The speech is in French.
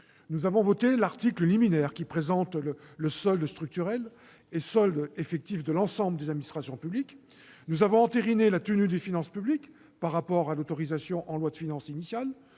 Nous avons voté l'article liminaire, qui présente le solde structurel et solde effectif de l'ensemble des administrations publiques. Nous avons entériné la tenue des finances publiques par rapport à l'autorisation en loi de finances initiale